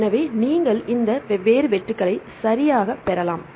எனவே இங்கே நீங்கள் இரண்டு வெவ்வேறு வெட்டுக்களை சரியாகப் பெறலாம்